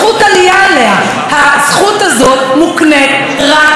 הזכות זאת מוקנית רק לזכאי חוק השבות,